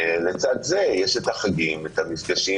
לצד זה יש את החגים, את המפגשים